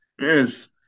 Yes